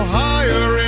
higher